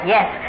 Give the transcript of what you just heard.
Yes